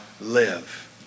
live